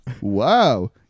Wow